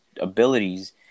abilities